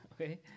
okay